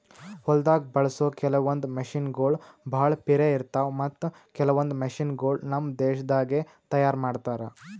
ಹೊಲ್ದಾಗ ಬಳಸೋ ಕೆಲವೊಂದ್ ಮಷಿನಗೋಳ್ ಭಾಳ್ ಪಿರೆ ಇರ್ತಾವ ಮತ್ತ್ ಕೆಲವೊಂದ್ ಮಷಿನಗೋಳ್ ನಮ್ ದೇಶದಾಗೆ ತಯಾರ್ ಮಾಡ್ತಾರಾ